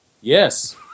Yes